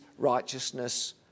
righteousness